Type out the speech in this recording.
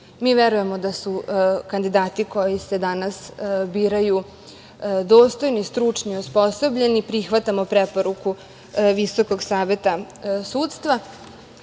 verujemo da su kandidati koji se danas biraju dostojni, stručni, osposobljeni, prihvatamo preporuku Visokog saveta sudstva